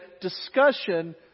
discussion